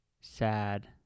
sad